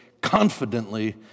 confidently